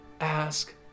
ask